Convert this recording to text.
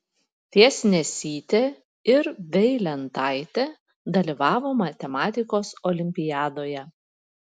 tiesnesytė ir veilentaitė dalyvavo matematikos olimpiadoje